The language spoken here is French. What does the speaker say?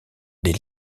des